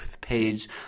page